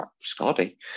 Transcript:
Scotty